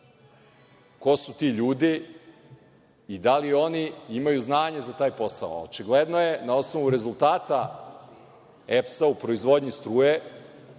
ko su ti ljudi i da li oni imaju znanje za taj posao. Očigledno je, na osnovu rezultata EPS-a u proizvodnji struje,